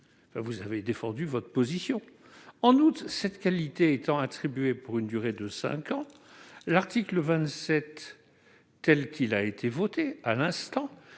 vous avez défendu votre position. En outre, cette qualité est attribuée pour une durée de cinq ans, et l'article 27, tel qu'il a été voté à l'instant,